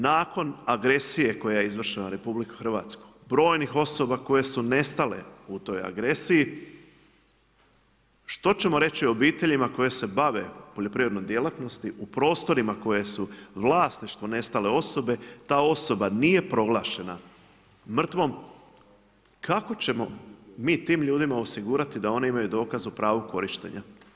Nakon agresije koja je izvršena na RH brojnih osoba koje su nestale u toj agresiji, što ćemo reći obiteljima koje se bave poljoprivrednoj djelatnosti u prostorima koje su vlasništvo nestale osobe, ta osoba nije proglašena mrtvom, kako ćemo mi tim ljudima osigurati da oni imaju dokaz o pravu korištenja?